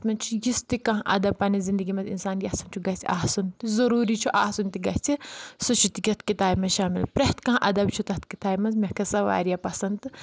تَتھ منٛز چھُ یُس تہِ کانٛہہ اَدَب پَننہِ زندگی منٛز اِنسان یَژھان چھُ گژھِ آسُن تہٕ ضوٚروٗری چھُ آسُن تہِ گژھِ سُہ چھُ تِکیٚتھ کِتابہِ منٛز شامِل پرٛؠتھ کانٛہہ اَدَب چھُ تَتھ کِتابہِ منٛز مےٚ کھٔژ سہَ واریاہ پَسنٛد تہٕ